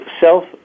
self